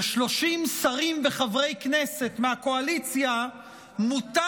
ל-30 שרים וחברי כנסת מהקואליציה מותר,